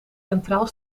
centraal